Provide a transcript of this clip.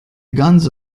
guns